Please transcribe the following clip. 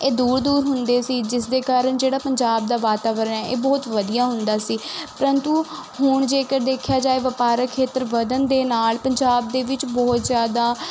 ਇਹ ਦੂਰ ਦੂਰ ਹੁੰਦੇ ਸੀ ਜਿਸ ਦੇ ਕਾਰਨ ਜਿਹੜਾ ਪੰਜਾਬ ਦਾ ਵਾਤਾਵਰਣ ਹੈ ਇਹ ਬਹੁਤ ਵਧੀਆ ਹੁੰਦਾ ਸੀ ਪਰੰਤੂ ਹੁਣ ਜੇਕਰ ਦੇਖਿਆ ਜਾਏ ਵਪਾਰਕ ਖੇਤਰ ਵਧਣ ਦੇ ਨਾਲ ਪੰਜਾਬ ਦੇ ਵਿੱਚ ਬਹੁਤ ਜ਼ਿਆਦਾ